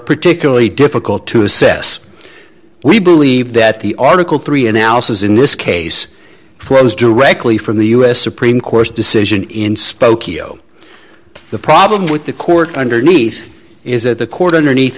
particularly difficult to assess we believe that the article three analysis in this case flows directly from the u s supreme court's decision in spokeo the problem with the court underneath is that the court underneath